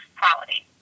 quality